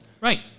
Right